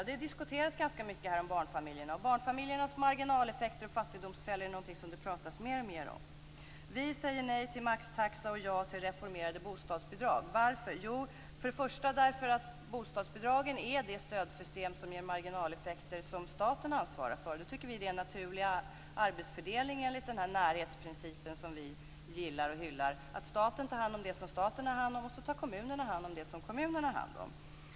Barnfamiljerna diskuteras ganska mycket här. Barnfamiljernas marginaleffekter och fattigdomsfällor är någonting som det talas mer och mer om. Vi säger nej till maxtaxa och ja till reformerade bostadsbidrag. Varför? Jo, först och främst därför att bostadsbidragen är det stödsystem som ger de marginaleffekter som staten ansvarar för. Vi tycker att den naturliga arbetsfördelningen enligt närhetsprincipen, som vi gillar och hyllar, är att staten tar hand om det som staten har hand om och att kommunerna tar hand om det som kommunerna har hand om.